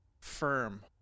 firm